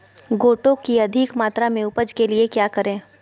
गोटो की अधिक मात्रा में उपज के लिए क्या करें?